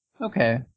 Okay